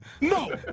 No